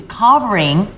covering